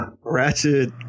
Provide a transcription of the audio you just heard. ratchet